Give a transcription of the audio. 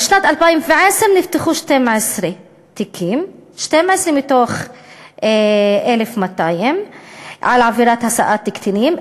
בשנת 2010 נפתחו 12 תיקים מתוך 1,200 על עבירת השאת קטינים.